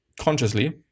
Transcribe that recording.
consciously